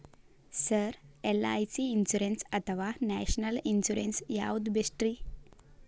Sir LIC insurance ಅಥವಾ national insurance ಯಾವುದು ಬೆಸ್ಟ್ರಿ?